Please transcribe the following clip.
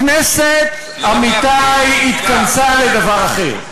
הכנסת, עמיתי, התכנסה לדבר אחר.